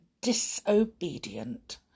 disobedient